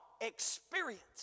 Experience